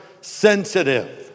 sensitive